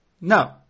No